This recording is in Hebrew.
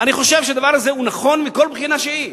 אני חושב שהדבר הזה הוא נכון מכל בחינה שהיא,